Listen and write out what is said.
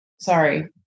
Sorry